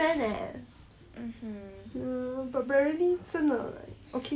hes a playboy eh you know since year one right